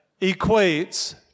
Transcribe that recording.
equates